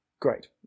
Great